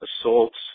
assaults